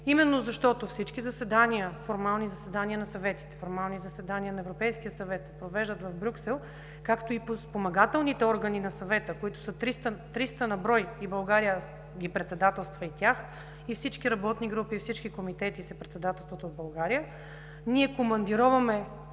именно защото всички заседания на съветите, формалните заседания на Европейския съвет се провеждат в Брюксел, както и на спомагателните органи на Съвета, които са 300 на брой и България ги председателства. Всички работни групи и всички комитети се председателстват от България и ние ще командироваме